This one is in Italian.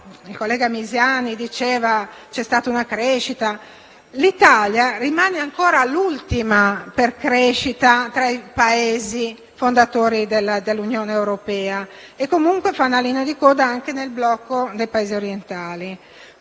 il collega Misiani ha detto che c'è stata crescita, l'Italia rimane ancora ultima per crescita tra i Paesi fondatori dell'Unione europea e comunque fanalino di coda anche nel blocco dei Paesi orientali,